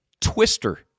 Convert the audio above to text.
twister